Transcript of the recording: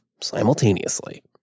simultaneously